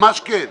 ממש כן.